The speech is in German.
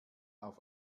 auf